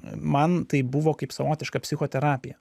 man tai buvo kaip savotiška psichoterapija